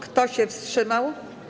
Kto się wstrzymał?